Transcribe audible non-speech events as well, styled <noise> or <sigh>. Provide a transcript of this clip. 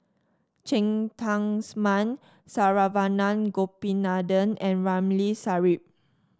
Cheng Tsang <unintelligible> Man Saravanan Gopinathan and Ramli Sarip